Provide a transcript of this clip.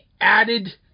added